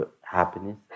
happiness